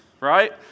right